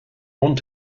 want